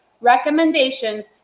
recommendations